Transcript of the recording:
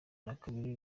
nakabiri